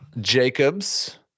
Jacobs